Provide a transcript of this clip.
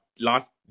last